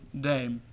day